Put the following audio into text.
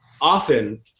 often